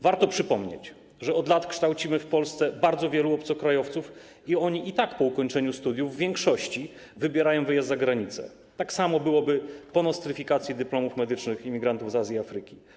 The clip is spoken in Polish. Warto przypomnieć, że od lat kształcimy w Polsce bardzo wielu obcokrajowców i oni i tak po ukończeniu studiów w większości wybierają wyjazd za granicę, tak samo byłoby po nostryfikacji dyplomów medycznych imigrantów z Azji i Afryki.